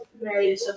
Married